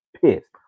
pissed